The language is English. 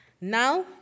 Now